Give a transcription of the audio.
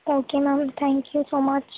okay ma'am thank you so much